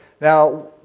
Now